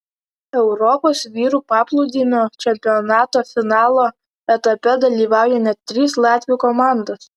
europos vyrų paplūdimio čempionato finalo etape dalyvauja net trys latvių komandos